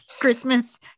Christmas